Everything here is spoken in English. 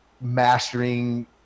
mastering